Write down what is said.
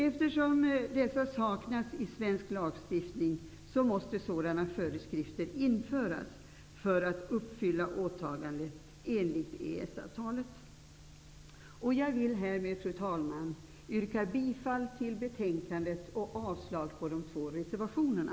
Eftersom sådana föreskrifter saknas i svensk lagstiftning måste de införas för att uppfylla åtagandet i enlighet med EES-avtalet. Fru talman! Med detta vill jag yrka bifall till utskottets hemställan och avslag på de två reservationerna.